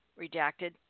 redacted